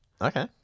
Okay